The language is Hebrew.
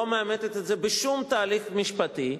לא מאמתת את זה בשום תהליך משפטי,